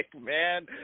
man